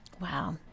Wow